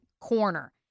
corner